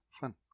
fun